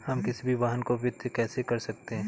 हम किसी भी वाहन को वित्त कैसे कर सकते हैं?